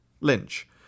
Lynch